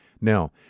Now